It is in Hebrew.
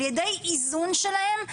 על ידי איזון שלהם,